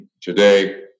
today